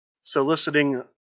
soliciting